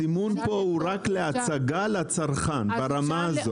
הסימון פה הוא רק להצגה לצרכן, ברמה הזאת.